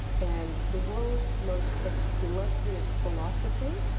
and the world's most ah so illustrious philosopher,